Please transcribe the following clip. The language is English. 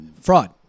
fraud